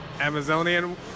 Amazonian